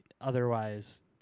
otherwise